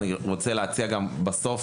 ואני בסוף גם רוצה להציע מכניזם,